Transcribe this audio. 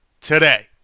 today